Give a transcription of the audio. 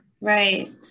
Right